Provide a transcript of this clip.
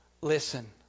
listen